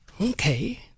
okay